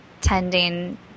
tending